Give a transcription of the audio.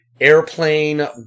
airplane